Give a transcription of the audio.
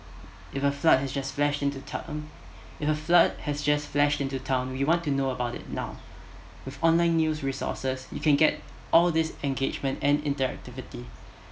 if a flood that has just flashed into town if a flood that has just flashed into town we want to know about it now with online news resources we can get all this engagement and interactivity